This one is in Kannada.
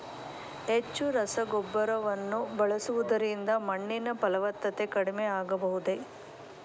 ಹೆಚ್ಚು ರಸಗೊಬ್ಬರವನ್ನು ಬಳಸುವುದರಿಂದ ಮಣ್ಣಿನ ಫಲವತ್ತತೆ ಕಡಿಮೆ ಆಗಬಹುದೇ?